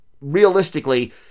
realistically